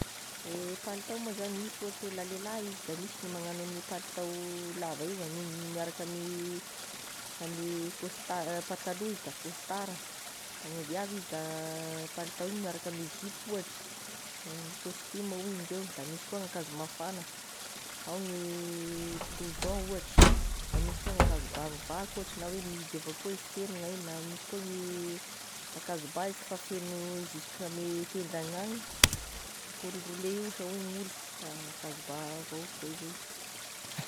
Ehe, palitao moa zagny misy ohatry hoe laha lelah izy magnano an'io palitao lava io aniny miaraka ame ame kaostara pataloa izy da kaostara da gne viavy izy da ny palitao igny miaraka amign'ny zipo ohatry gny costume hoy indreo, de misy koa gn'akanzo mafana ao gne blouson ohatry, da misy gn'akanzo bà vaky ohatry na hoe mihidy avao koa izy feno gn'ainy na misy koa ny ankazo bà izy fa feno zisk'ame tendagn'any colle roulé io sha hoy olo da bà avao koa izay.